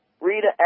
Rita